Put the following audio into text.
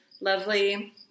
lovely